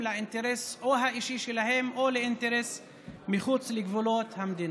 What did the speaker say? או לאינטרס האישי שלהם או לאינטרס מחוץ לגבולות המדינה.